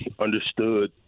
understood